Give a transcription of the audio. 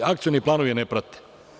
Akcioni planovi je ne prate.